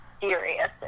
serious